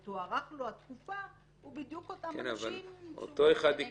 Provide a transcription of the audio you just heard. ותוארך לו התקופה הוא בדיוק מאותם אנשים --- אותו אחד יהיה